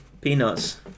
peanuts